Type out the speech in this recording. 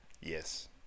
Yes